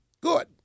good